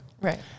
right